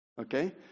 okay